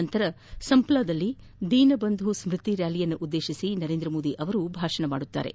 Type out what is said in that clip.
ನಂತರ ಸಂಪ್ಲಾದಲ್ಲಿ ದೀನಬಂಧುಸ್ತತಿ ರ್ಾಲಿಯನ್ನುದ್ದೇತಿಸಿ ನರೇಂದ್ರ ಮೋದಿ ಭಾಷಣ ಮಾಡಲಿದ್ದಾರೆ